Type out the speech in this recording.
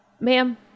ma'am